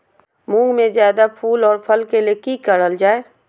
मुंग में जायदा फूल और फल के लिए की करल जाय?